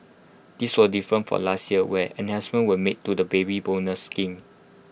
this was different from last year where enhancements were made to the Baby Bonus scheme